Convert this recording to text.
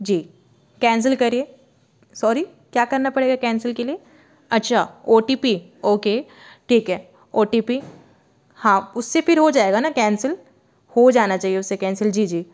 जी cancel करिए sorry क्या करना पड़ेगा कैंसिल के लिए अच्छा ओ टी पी ओके ठीक है ओ टी पी हाँ उससे फिर हो जाएगाा ना कैंसिल हो जाना चैहिए उससे कैंसिल जी जी